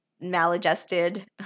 maladjusted